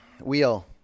wheel